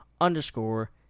underscore